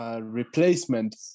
replacement